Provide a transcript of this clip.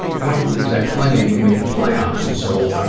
one of the leagues i play in, we made the playoffs, and so,